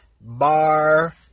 bar